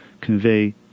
convey